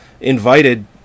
invited